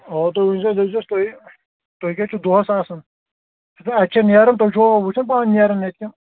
آ تُہۍ ؤنۍزیٚوس دٔپۍزیٚۅس تُہی تُہۍ کَتہِ چھِوٕ دۅہَس آسان تہٕ اَتہِ چھا نیران تُہۍ چھِوا وُچھان پانہٕ نیران اَتہِ